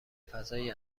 فضای